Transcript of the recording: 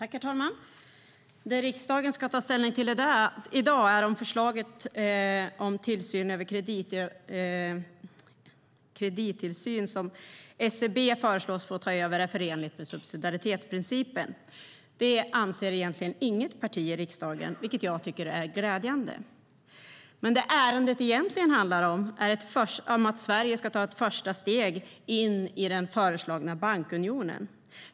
Herr talman! Det riksdagen ska ta ställning till i dag är om förslaget om kredittillsyn som SCB föreslås ta över är förenligt med subsidiaritetsprincipen. Det anser egentligen inget parti i riksdagen, vilket jag tycker är glädjande. Men det ärendet egentligen handlar om är att Sverige ska ta ett första steg in i den föreslagna bankunionen.